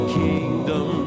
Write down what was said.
kingdom